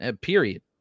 Period